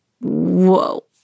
Whoa